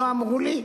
לא אמר לי: